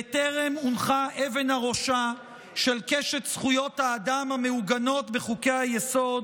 וטרם הונחה אבן הראשה של קשת זכויות האדם המעוגנות בחוקי-היסוד,